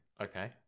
okay